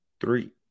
Three